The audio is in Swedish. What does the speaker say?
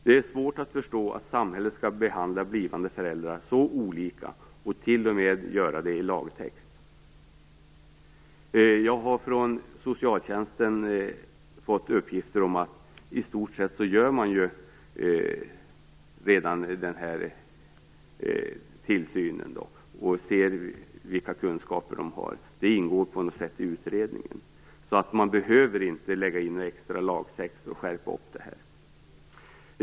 Det är svårt att förstå att samhället skall behandla blivande föräldrar så olika och t.o.m. göra det i lagtext. Jag har fått uppgifter från socialtjänsten om att man i stort sett redan gör den här tillsynen och ser vilka kunskaper föräldrarna har. Det ingår på något sätt i utredningen. Man behöver inte lägga in några extra lagtexter och skärpa upp detta.